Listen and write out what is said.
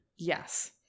Yes